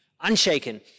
unshaken